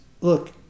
look